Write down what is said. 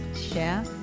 share